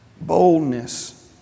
Boldness